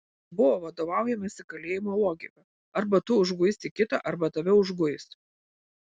buvo vadovaujamasi kalėjimo logika arba tu užguisi kitą arba tave užguis